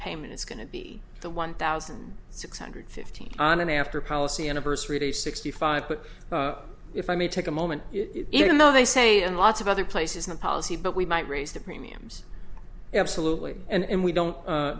payment is going to be the one thousand six hundred fifteen on an after policy anniversary day sixty five but if i may take a moment even though they say in lots of other places not policy but we might raise the premiums absolutely and we don't